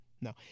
No